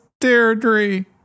Deirdre